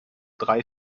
drei